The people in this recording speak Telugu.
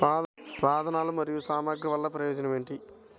సాధనాలు మరియు సామగ్రి వల్లన ప్రయోజనం ఏమిటీ?